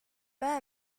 pas